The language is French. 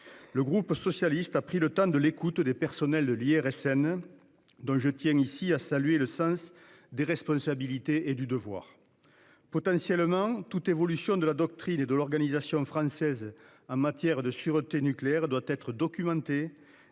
Le groupe socialiste a pris le temps de l'écoute des personnels de l'IRSN. Dont je tiens ici à saluer le sens des responsabilités et du devoir. Potentiellement toute évolution de la doctrine et de l'organisation française en matière de sûreté nucléaire doit être documenté